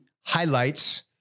highlights